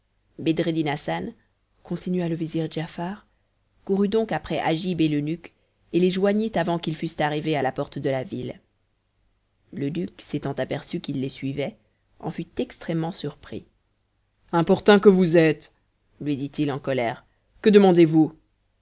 hassan continua le vizir giafar courut donc après agib et l'eunuque et les joignit avant qu'ils fussent arrivés à la porte de la ville l'eunuque s'étant aperçu qu'il les suivait en fut extrêmement surpris importun que vous êtes lui dit-il en colère que demandez-vous